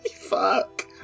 Fuck